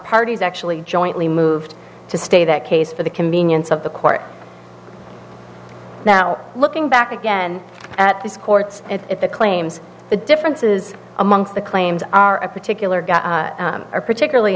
parties actually jointly moved to stay that case for the convenience of the court now looking back again at these courts and if the claims the differences amongst the claims are of particular are particularly